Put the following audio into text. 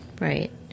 Right